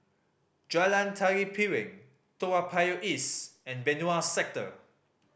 Jalan Tari Piring Toa Payoh East and Benoi Sector